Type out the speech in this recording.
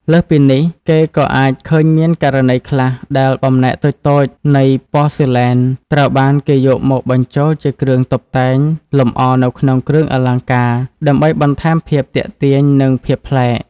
លើសពីនេះ គេក៏អាចឃើញមានករណីខ្លះដែលបំណែកតូចៗនៃប៉សឺឡែនត្រូវបានគេយកមកបញ្ចូលជាគ្រឿងតុបតែងលម្អនៅក្នុងគ្រឿងអលង្ការ ដើម្បីបន្ថែមភាពទាក់ទាញ និងភាពប្លែក។